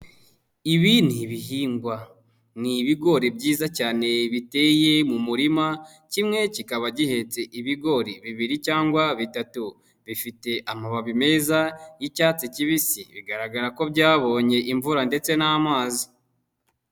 Ibi ni ibihingwa, ni ibigori byiza cyane biteye mu murima, kimwe kikaba gihetse ibigori bibiri cyangwa bitatu, bifite amababi meza y'icyatsi kibisi, bigaragara ko byabonye imvura ndetse n'amazi.